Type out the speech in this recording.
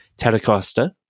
Telecaster